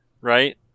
right